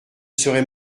serait